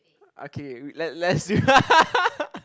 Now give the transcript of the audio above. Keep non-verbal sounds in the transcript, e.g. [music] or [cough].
ah k le~ let's see [laughs]